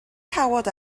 cawod